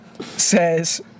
says